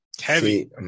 Heavy